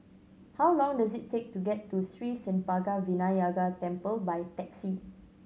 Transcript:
how long does it take to get to Sri Senpaga Vinayagar Temple by taxi